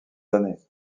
années